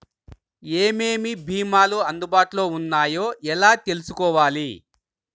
ఏమేమి భీమాలు అందుబాటులో వున్నాయో ఎలా తెలుసుకోవాలి?